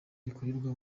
rikorerwa